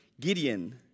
Gideon